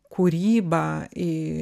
kūrybą į